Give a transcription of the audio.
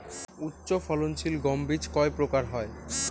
উচ্চ ফলন সিল গম বীজ কয় প্রকার হয়?